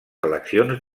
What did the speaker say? eleccions